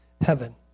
heaven